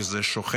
כי זה שוחק